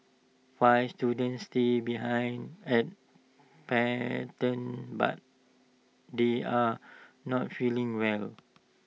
five students stay behind at Pendant but they are not feeling well